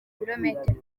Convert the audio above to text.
bilometero